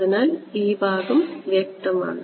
അതിനാൽ ഈ ഭാഗം വ്യക്തമാണ്